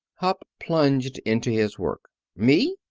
hupp plunged into his work. me?